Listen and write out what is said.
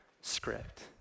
script